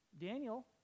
Daniel